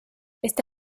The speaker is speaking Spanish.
esta